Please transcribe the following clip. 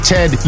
Ted